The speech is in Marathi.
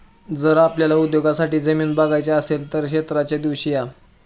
जर आपल्याला उद्योगासाठी जमीन बघायची असेल तर क्षेत्राच्या दिवशी या